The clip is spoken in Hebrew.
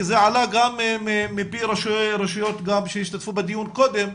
כי זה עלה גם מפי ראשי רשויות שהשתתפו בדיון קודם,